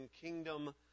Kingdom